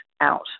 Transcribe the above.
out